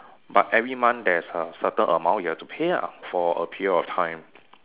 but every month there is a certain amount you have to pay ah for a period of time